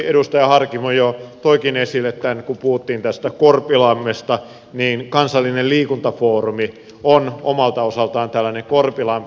edustaja harkimo jo toikin esille tämän eli kun puhuttiin korpilammesta niin kansallinen liikuntafoorumi on omalta osaltaan tällainen korpilampi